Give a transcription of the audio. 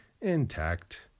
intact